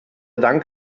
dank